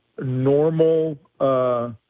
normal